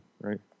right